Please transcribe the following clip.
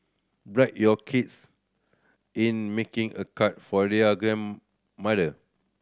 bribe your kids in making a card for their grandmother